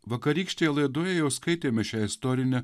vakarykštėje laidoje jau skaitėme šią istorinę